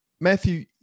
Matthew